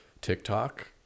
TikTok